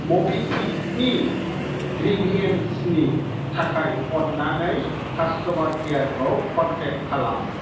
मबिक्वुइकनि ग्रिभियेन्सनि थाखाय अन्नानै कास्ट'मार केयारखौ कन्टेक्ट खालाम